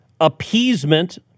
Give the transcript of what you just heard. Appeasement